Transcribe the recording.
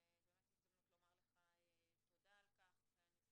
ובאמת הזדמנות לומר לך תודה על כך,